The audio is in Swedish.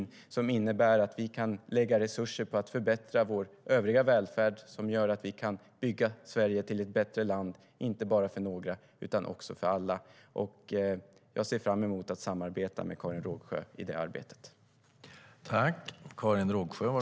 Det innebär att vi kan lägga resurser på att förbättra vår övriga välfärd och bygga Sverige till ett bättre land, inte bara för några utan för alla. Jag ser fram emot att samarbeta med Karin Rågsjö i det arbetet.